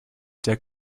der